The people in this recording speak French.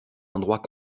endroit